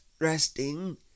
resting